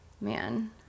man